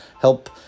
help